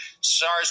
SARS